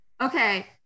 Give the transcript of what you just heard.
okay